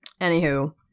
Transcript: Anywho